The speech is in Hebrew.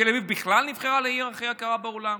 תל אביב בכלל נבחרה לעיר הכי יקרה בעולם,